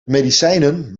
medicijnen